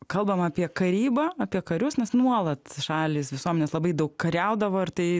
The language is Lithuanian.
kalbama apie karybą apie karius nes nuolat šalys visuomenės labai daug kariaudavo ir tai